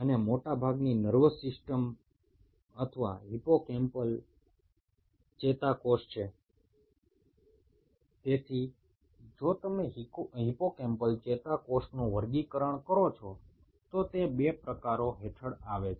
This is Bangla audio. তোমরা যদি হিপোক্যাম্পাল নিউরনের শ্রেণীবিভাগ করো তাহলে এরা দুই ধরনের হয়